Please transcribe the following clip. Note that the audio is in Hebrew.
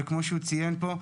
וכמו שהוא ציין פה,